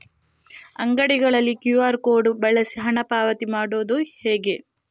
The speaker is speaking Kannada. ಅಂಗಡಿಗಳಲ್ಲಿ ಕ್ಯೂ.ಆರ್ ಕೋಡ್ ಬಳಸಿ ಹಣ ಪಾವತಿ ಮಾಡೋದು ಹೇಗೆ?